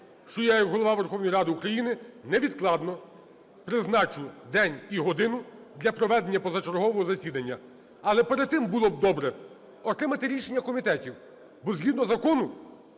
що я як Голова Верховної Ради України невідкладно призначу день і годину для проведення позачергового засідання. Але перед тим було б добре отримати рішення комітетів, бо згідно закону